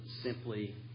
simply